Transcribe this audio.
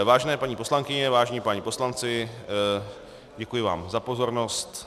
Vážené paní poslankyně, vážení páni poslanci, děkuji vám za pozornost.